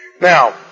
Now